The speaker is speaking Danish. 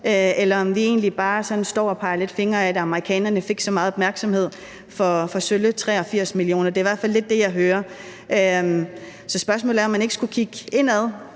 står og peger lidt fingre ad, at amerikanerne fik så meget opmærksomhed for sølle 83 mio. kr. Det er i hvert fald lidt det, jeg hører. Så spørgsmålet er, om man ikke skulle kigge indad